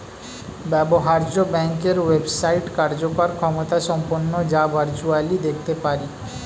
ব্যবহার্য ব্যাংকের ওয়েবসাইট কার্যকর ক্ষমতাসম্পন্ন যা ভার্চুয়ালি দেখতে পারি